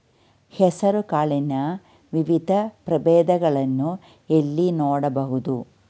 ಹೆಸರು ಕಾಳಿನ ವಿವಿಧ ಪ್ರಭೇದಗಳನ್ನು ಎಲ್ಲಿ ನೋಡಬಹುದು?